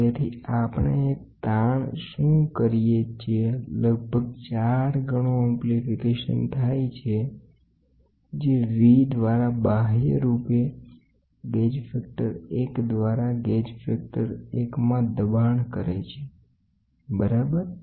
તેથી આપણે એક સ્ટ્રેન છે જે લગભગ 4 ગણું એમ્પ્લીફિકેશન થાય છે જે V naught divided by V બાહ્ય બળ into gauge factor 1 divided by gauge factor 1 બરાબર છે